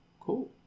Cool